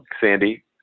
Sandy